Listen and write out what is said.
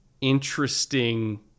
interesting